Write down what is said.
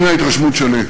הנה ההתרשמות שלי,